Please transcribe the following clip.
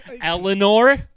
Eleanor